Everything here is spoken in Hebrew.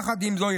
יחד עם זאת,